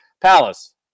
Palace